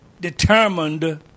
determined